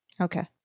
Okay